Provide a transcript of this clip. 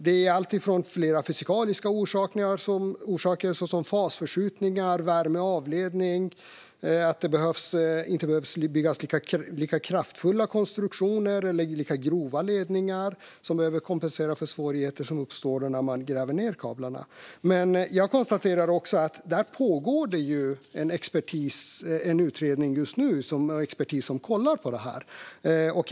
Det finns flera fysikaliska orsaker, såsom fasförskjutningar och värmeavledning samt att det inte behöver byggas lika kraftfulla konstruktioner eller grova ledningar för att kompensera för svårigheter som uppstår när man gräver ned kablarna. Det pågår just nu en utredning där expertis kollar på det där.